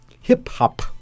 Hip-hop